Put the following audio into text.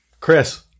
Chris